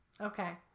Okay